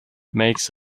makes